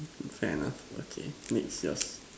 fair enough okay next yours